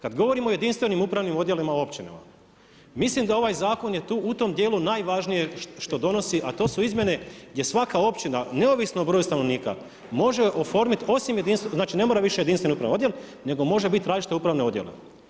Kada govorimo o jedinstvenim upravnim odjelima u općinama, mislim da ovaj zakon je u tom dijelu najvažnije što donosi, a to su izmjene da svaka općina neovisno o broju stanovnika može oformiti osim, znači ne mora više jedinstveni upravni odjel nego može biti različiti upravni odjeli.